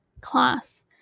class